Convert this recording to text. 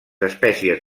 espècies